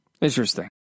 Interesting